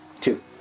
two